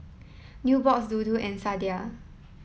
Nubox Dodo and Sadia